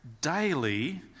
daily